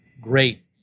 great